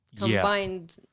combined